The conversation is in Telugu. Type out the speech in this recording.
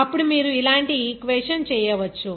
అప్పుడు మీరు ఇలాంటి ఈక్వేషన్ చేయవచ్చు